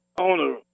owner